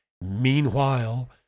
Meanwhile